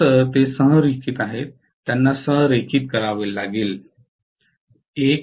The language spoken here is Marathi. एकतर ते संरेखित आहेत त्यांना संरेखित करावे लागेल